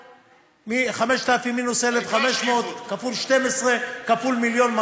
5,000 מינוס 1,500 כפול 12 כפול 1.2 מיליון,